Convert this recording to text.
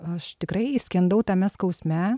aš tikrai skendau tame skausme